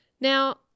Now